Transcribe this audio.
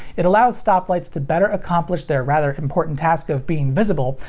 it allows stoplights to better accomplish their rather important task of being visible,